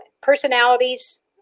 personalities